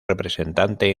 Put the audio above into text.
representante